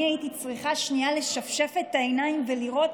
אני הייתי צריכה שנייה לשפשף את העיניים ולראות,